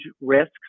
risks